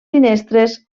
finestres